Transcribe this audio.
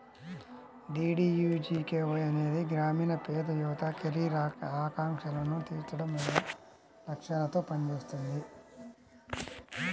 DDUGKY అనేది గ్రామీణ పేద యువత కెరీర్ ఆకాంక్షలను తీర్చడం అనే లక్ష్యాలతో పనిచేస్తుంది